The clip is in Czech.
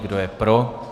Kdo je pro?